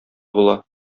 була